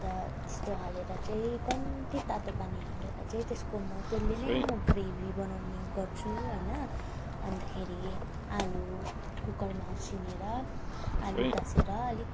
त्यस्तो हालेर चाहिँ कम्ती तातो पानी हालेर चाहिँ त्यसको म त्यसले नै ग्रेभी बनाउने गर्छु होइन अन्तखेरि आलु कुकुरमा उसिनेर आलु ताछेर अलिक